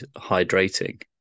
hydrating